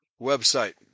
website